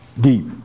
deep